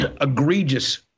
egregious